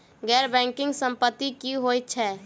गैर बैंकिंग संपति की होइत छैक?